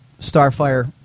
Starfire